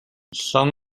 лам